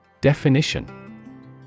Definition